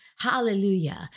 Hallelujah